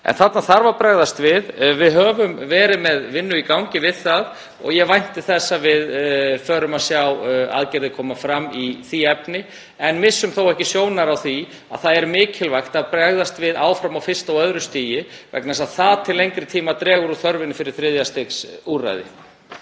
En þarna þarf að bregðast við. Við höfum verið með vinnu í gangi við það og ég vænti þess að við förum að sjá aðgerðir koma fram í því efni. En missum ekki sjónar á því að það er mikilvægt að bregðast við áfram á fyrsta og öðru stigi vegna þess að til lengri tíma dregur það úr þörfinni fyrir þriðja stigs úrræði.